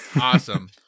Awesome